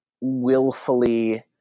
willfully